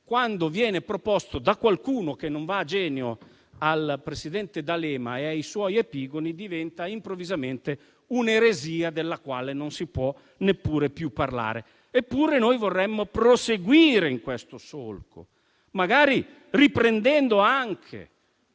quando viene proposto da qualcuno che non va a genio al presidente D'Alema e ai suoi epigoni, diventa improvvisamente un'eresia della quale non si può neppure più parlare. Eppure noi vorremmo proseguire in questo solco, magari riprendendo anche